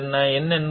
n అంటే ఏమిటి